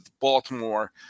Baltimore